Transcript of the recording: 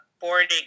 boarding